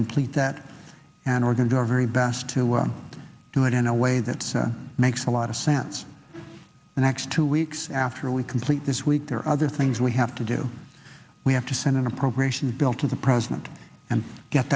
complete that an organ very very best to do it in a way that makes a lot of sense the next two weeks after we complete this week there are other things we have to do we have to send an appropriations bill to the president and get